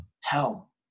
hell